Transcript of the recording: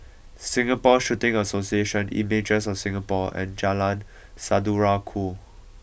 Singapore Shooting Association Images of Singapore and Jalan Saudara Ku